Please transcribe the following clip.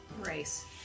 race